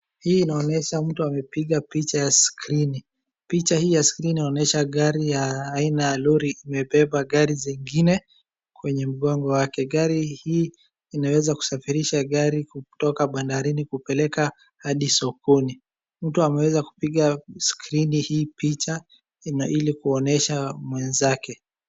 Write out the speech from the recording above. Hii inaonyesha mtu amepiga picha ya skrini. Picha hii ya skrini inaonyesha gari ya aina ya lori imebeba gari zingine kwenye mgongo wake. Gari hii inaweza kusafirisha gari kutoka bandarini kupeleka hadi sokoni. Mtu ameweza kupiga skrini hii picha na ili kuonyesha mwenzake.